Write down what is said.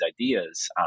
ideas